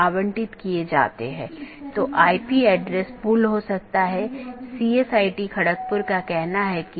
1 open message दो सहकर्मी nodes के बीच एक BGP सत्र स्थापित करता है